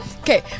Okay